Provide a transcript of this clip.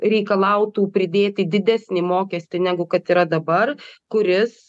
reikalautų pridėti didesnį mokestį negu kad yra dabar kuris